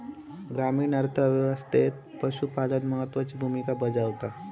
ग्रामीण अर्थ व्यवस्थेत पशुपालन महत्त्वाची भूमिका बजावता